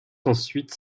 ensuite